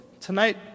tonight